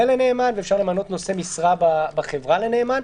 לנאמן ואפשר למנות נושא משרה בחברה לנאמן,